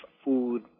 food